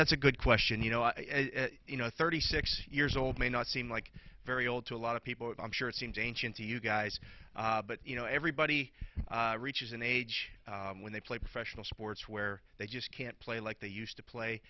that's a good question you know you know thirty six years old may not seem like very old to a lot of people but i'm sure it seems ancient to you guys but you know everybody reaches an age when they play professional sports where they just can't play like they used to play